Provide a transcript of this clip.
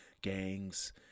gangs